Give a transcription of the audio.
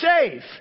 safe